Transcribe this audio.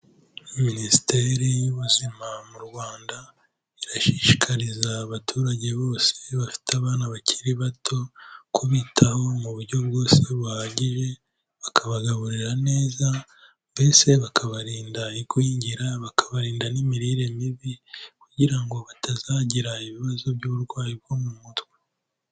Minisiteri y'ubuzima mu Rwanda, irashishikariza abaturage bose bafite abana bakiri bato kubitaho mu buryo bwose buhagije, bakabagaburira neza mbese bakabarinda igwingira bakabarinda n'imirire mibi kugira ngo batazagira ibibazo by'uburwayi bwo mu mutwe.